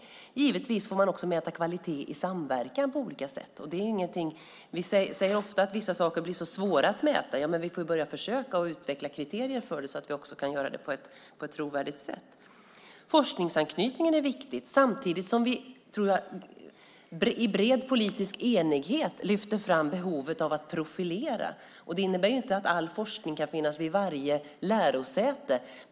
Man får givetvis också mäta kvalitet i samverkan. Vi säger ofta att vissa saker är så svåra att mäta. Vi måste börja och försöka utveckla kriterier för det så att vi kan göra det på ett trovärdigt sätt. Forskningsanknytningen är viktig. I bred politisk enighet lyfter vi fram behovet av att profilera. Det innebär inte att all forskning ska finnas vid varje lärosäte.